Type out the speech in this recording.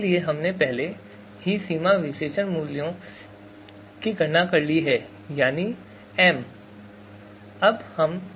इसलिए हमने पहले ही सीमा विश्लेषण मूल्यों की गणना कर ली है यानी एम